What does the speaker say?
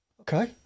Okay